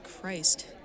Christ